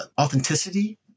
authenticity